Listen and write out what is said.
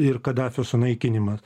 ir kadafio sunaikinimas